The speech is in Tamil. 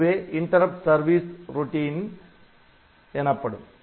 இதுவே interrupt service routine interrupt service routine இடைமறி சேவை செயல்முறை எனப்படும்